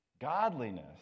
Godliness